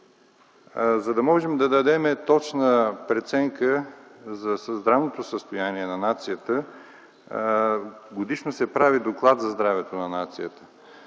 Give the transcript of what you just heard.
За да можем да дадем точна преценка за здравното състояние на нацията годишно се прави доклад за здравето на нацията.